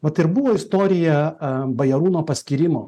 vat ir buvo istorija bajarūno paskyrimo